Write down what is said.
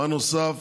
דבר נוסף